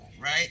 Right